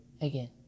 again